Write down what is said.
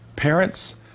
Parents